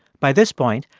by this point,